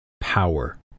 Power